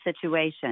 situation